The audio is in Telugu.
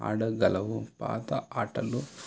ఆడగలవు పాత ఆటలు